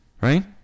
right